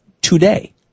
today